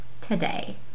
today